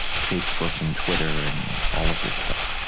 facebook and twitter and all of this stuff.